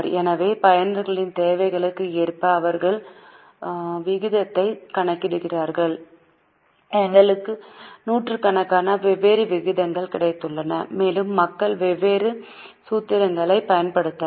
எனவே பயனரின் தேவைகளுக்கு ஏற்ப அவர்கள் விகிதத்தை கணக்கிடுகிறார்கள் எங்களுக்கு நூற்றுக்கணக்கான வெவ்வேறு விகிதங்கள் கிடைத்துள்ளன மேலும் மக்கள் வெவ்வேறு சூத்திரங்களைப் பயன்படுத்தலாம்